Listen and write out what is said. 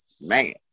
man